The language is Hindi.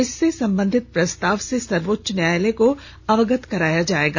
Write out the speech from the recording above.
इससे संबंधित प्रस्ताव से सर्वोच्च न्यायालय को अवगत कराया जाएगा